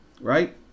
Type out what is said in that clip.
right